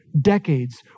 decades